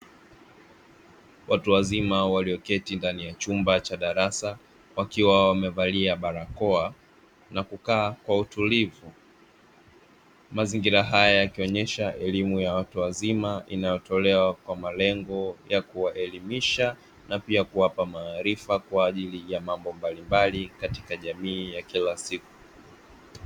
Watu wazima walioketi ndani ya chumba cha darasa wakiwa wamevelia barakoa na kukaa kwa utulivu. Mazingira haya yakionyesha elimu ya watu wazima inayotolewa kwa malengo ya kuwaelimisha na pia kuwapa maarifa kwa ajili ya mambo mbalimbali katika jamii ya kila siku.